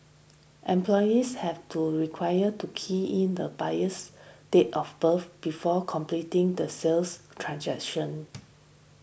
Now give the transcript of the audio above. employees have to required to key in the buyer's date of birth before completing the sales transaction